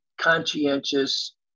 conscientious